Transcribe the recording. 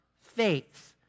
faith